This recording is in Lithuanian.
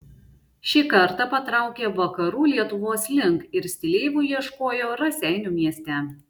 šį kartą patraukė vakarų lietuvos link ir stileivų ieškojo raseinių mieste